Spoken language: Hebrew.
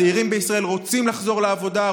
הצעירים בישראל רוצים לחזור לעבודה,